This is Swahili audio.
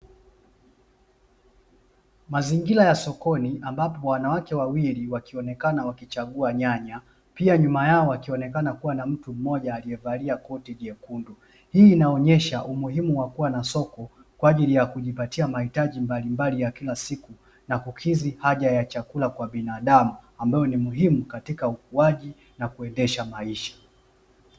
Mazingira ya sokoni ambapo wanawake wawili wakionekana wakichagua nyanya pia nyuma yao wakionekana kuwa na mtu mmoja aliye valia koti jekundu. Hii inaonyesha umuhimu wa kuwa na soko kwajili ya kujipatia mahitaji mbalimbali yakila siku na kukidhi haja ya chakula kwa binadamu ambayo ni muhimu katika ukuaji na kuendesha maisha.